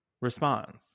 response